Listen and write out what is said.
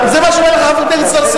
זה מה שאומר לך חבר הכנסת צרצור.